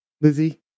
Lizzie